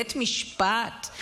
בית משפט.